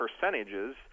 percentages